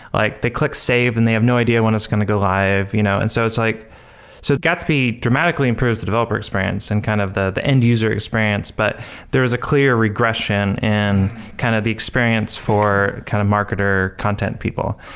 like they click save and they have no idea when it's going to go live. you know and so like so gatsby dramatically improves the developer experience and kind of that the end-user experience, but there is a clear regression in kind of the experience for kind of marketer content people.